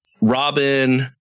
Robin